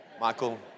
Michael